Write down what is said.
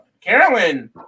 Carolyn